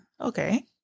okay